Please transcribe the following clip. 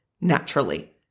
naturally